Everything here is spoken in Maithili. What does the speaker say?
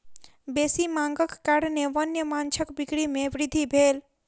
बेसी मांगक कारणेँ वन्य माँछक बिक्री में वृद्धि भेल